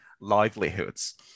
livelihoods